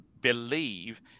believe